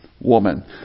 woman